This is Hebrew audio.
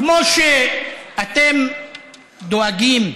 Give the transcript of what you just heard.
כמו שאתם דואגים,